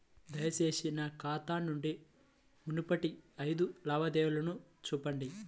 దయచేసి నా ఖాతా నుండి మునుపటి ఐదు లావాదేవీలను చూపండి